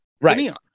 Right